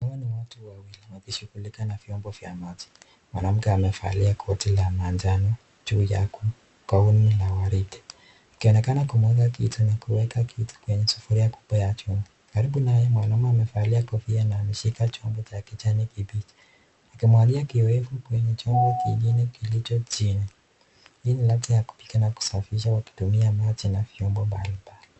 Hawa ni watu wawili wanashughulikiana vyombo vya maji. Mwanamke amevalia koti la manjano juu yake gauni la waridi. Akionekana kumwaga kitu na kuweka kitu kwenye sufuria kubwa ya chuma. Karibu naye mwanaume amevalia kofia na ameshika chombo cha kijani kibichi akimwagia kioevu kwenye chombo kingine kilicho chini. Hii ni jia ya kupika na kusafisha wakitumia maji na vyombo mbalimbali.